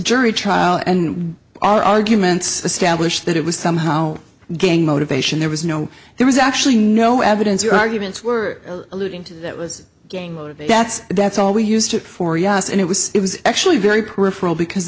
jury trial and all arguments established that it was somehow gang motivation there was no there was actually no evidence your arguments were alluding to that was that's that's all we used it for yes and it was it was actually very peripheral because